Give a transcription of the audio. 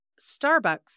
Starbucks